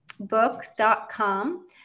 book.com